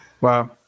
Wow